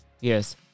Yes